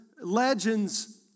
legends